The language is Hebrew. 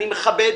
אני מכבד.